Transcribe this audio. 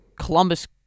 Columbus